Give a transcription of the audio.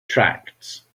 tracts